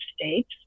States